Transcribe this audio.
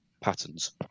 patterns